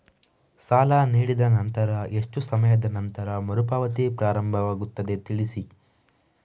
ಸಾಲ ನೀಡಿದ ನಂತರ ಎಷ್ಟು ಸಮಯದ ನಂತರ ಮರುಪಾವತಿ ಪ್ರಾರಂಭವಾಗುತ್ತದೆ ತಿಳಿಸಿ?